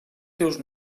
teus